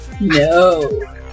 No